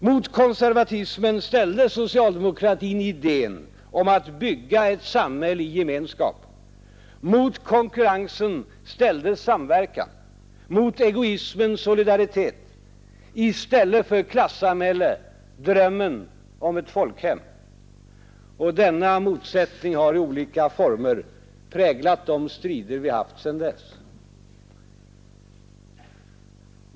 Mot konservatismen ställde socialdemokratin idén om att bygga ett samhälle i gemenskap. Mot konkurrensen ställdes samverkan. Mot egoismen solidaritet. I stället för klassamhälle, drömmen om ett folkhem. Och denna motsättning har i olika former präglat de strider vi haft sedan dess.